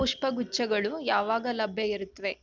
ಪುಷ್ಪ ಗುಚ್ಛಗಳು ಯಾವಾಗ ಲಭ್ಯ ಇರುತ್ತವೆ